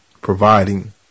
providing